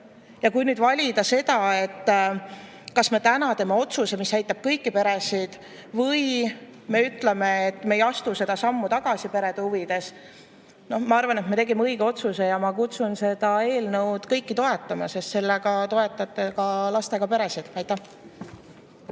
Ja kui nüüd valida, kas me täna teeme otsuse, mis aitab kõiki peresid, või me ütleme, et me ei astu seda sammu tagasi perede huvides – ma arvan, et me tegime õige otsuse. Ma kutsun kõiki üles seda eelnõu toetama, sest sellega toetame ka lastega peresid. Aitäh!